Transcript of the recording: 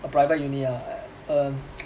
the private uni ah err